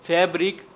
Fabric